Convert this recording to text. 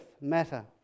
matter